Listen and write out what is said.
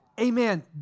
Amen